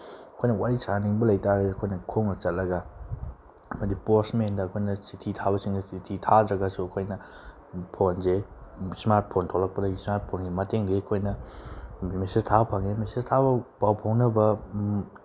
ꯑꯩꯈꯣꯏꯅ ꯋꯥꯔꯤ ꯁꯥꯟꯅꯅꯤꯡꯕ ꯂꯩ ꯇꯥꯔꯒꯗꯤ ꯑꯩꯈꯣꯏꯅ ꯈꯣꯡꯅ ꯆꯠꯂꯒ ꯍꯥꯏꯗꯤ ꯄꯣꯁ ꯃꯦꯟꯗ ꯑꯩꯈꯣꯏꯅ ꯆꯤꯊꯤ ꯊꯥꯕꯁꯤꯡꯗ ꯆꯤꯊꯤ ꯊꯥꯗ꯭ꯔꯒꯁꯨ ꯑꯩꯈꯣꯏꯅ ꯐꯣꯟꯁꯦ ꯏꯁꯃꯥꯔꯠ ꯐꯣꯟ ꯊꯣꯛꯂꯛꯄꯗꯒꯤ ꯏꯁꯃꯥꯔꯠ ꯐꯣꯟꯒꯤ ꯃꯇꯦꯡꯗꯒꯤ ꯑꯩꯈꯣꯏꯅ ꯃꯦꯁꯦꯁ ꯊꯥꯕ ꯐꯪꯉꯦ ꯃꯦꯁꯦꯁ ꯊꯥꯕ ꯄꯥꯎ ꯐꯥꯎꯅꯕ